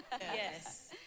Yes